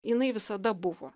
jinai visada buvo